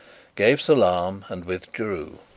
gave salaam and withdrew.